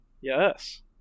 yes